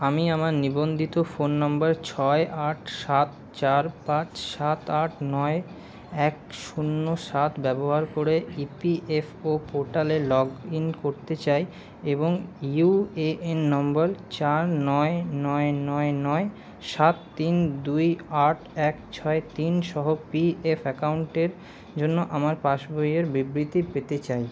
আমি আমার নিবন্ধিত ফোন নাম্বার ছয় আট সাত চার পাঁচ সাত আট নয় এক শূন্য সাত ব্যবহার করে ইপিএফও পোর্টালে লগ ইন করতে চাই এবং ইউএএন নম্বর চার নয় নয় নয় নয় সাত তিন দুই আট এক ছয় তিনসহ পিএফ অ্যাকাউন্টের জন্য আমার পাসবইয়ের বিবৃতি পেতে চাই